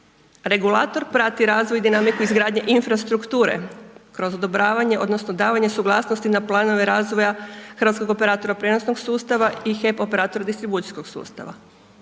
Regulator prati razvoj i dinamiku izgradnje infrastrukture kroz odobravanje odnosno davanje suglasnosti na planove razvoja hrvatskog operatora prijenosnog sustava i HEP operator distribucijskog sustava.